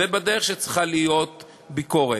ובדרך שצריכה להיות ביקורת.